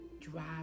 drive